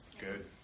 Good